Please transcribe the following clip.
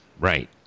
Right